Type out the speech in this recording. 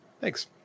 Thanks